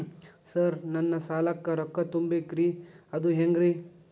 Sir ನನ್ನ ಸಾಲಕ್ಕ ರೊಕ್ಕ ತುಂಬೇಕ್ರಿ ಅದು ಹೆಂಗ್ರಿ?